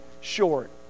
short